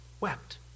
wept